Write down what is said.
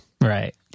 Right